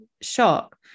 shock